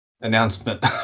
announcement